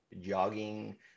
jogging